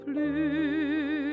Plus